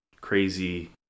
crazy